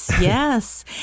yes